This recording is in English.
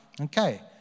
okay